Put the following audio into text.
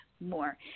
more